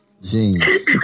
Genius